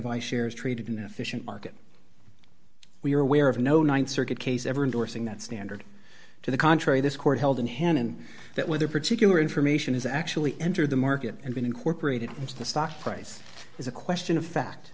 ice shares traded in efficient market we are aware of no th circuit case ever endorsing that standard to the contrary this court held in hannan that whether particular information is actually entered the market and been incorporated into the stock price is a question of fact